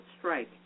strike